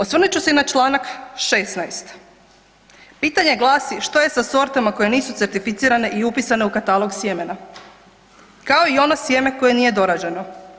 Osvrnut ću se i na Članak 16., pitanje glasi što je sa sortama koje nisu certificirane i upisane u katalog sjemena kao i ono sjeme koje nije dorađeno?